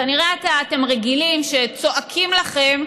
כנראה אתם רגילים שצועקים לכם,